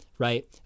right